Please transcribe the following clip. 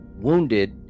wounded